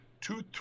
two